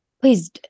Please